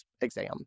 exam